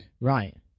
Right